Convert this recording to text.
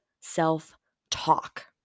self-talk